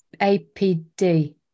APD